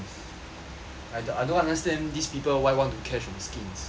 I don't I don't understand these people why want to cash on the skins